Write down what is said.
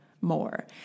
more